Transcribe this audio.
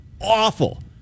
awful